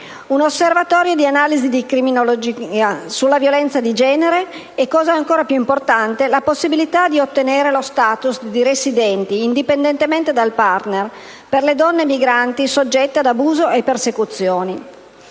un osservatorio di analisi di criminologia sulla violenza di genere e, cosa ancora più importante, la possibilità di ottenere lo *status* di residenti, indipendentemente dal *partner*, per le donne emigranti soggette ad abusi e persecuzioni.